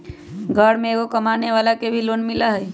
घर में एगो कमानेवाला के भी लोन मिलहई?